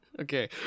Okay